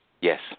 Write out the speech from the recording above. Yes